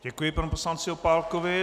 Děkuji panu poslanci Opálkovi.